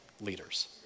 leaders